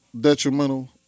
detrimental